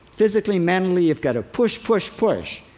physically, mentally, you've got to push, push, push.